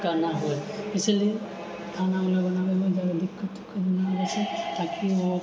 कऽ नहि होइ इसिलिय खाना वाना बनाबैमे जादा दिक्कत नहि होइ छै ताकि ओ